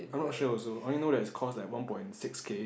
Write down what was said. I'm not sure also I only knows that it cost like one point six K